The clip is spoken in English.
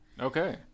Okay